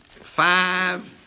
five